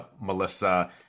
Melissa